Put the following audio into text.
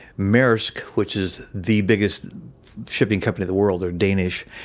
maersk, which is the biggest shipping company in the world, they're danish,